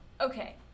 Okay